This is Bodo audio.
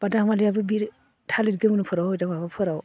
बादामालियाबो थालिर गोमोनफोराव हयथ' माबाफोराव